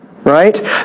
Right